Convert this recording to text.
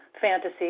fantasy